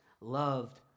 loved